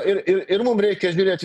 ir ir ir mum reikia žiūrėti